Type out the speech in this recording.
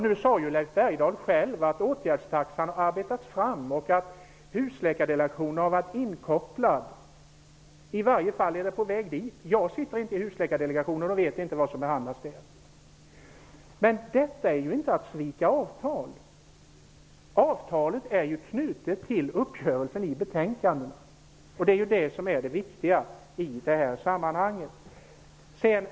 Nu sade Leif Bergdahl själv att åtgärdstaxan har arbetats fram och att Husläkardelegationen har varit inkopplad. Frågan är i varje fall på väg dit. Jag sitter inte i Husläkardelegationen och vet inte vad som behandlas där. Detta är inte att svika avtal. Avtalet är ju knutet till uppgörelsen i betänkandena, och det är det viktiga i det här sammanhanget.